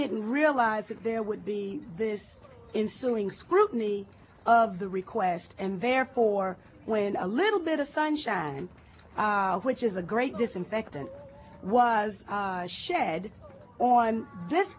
didn't realize that there would be this instilling scrutiny of the request and therefore when a little bit of sunshine which is a great disinfectant was shed on this